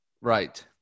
Right